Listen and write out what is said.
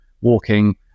walking